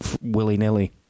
willy-nilly